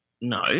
No